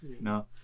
No